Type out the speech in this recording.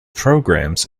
programs